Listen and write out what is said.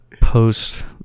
post